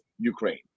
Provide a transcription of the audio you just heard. Ukraine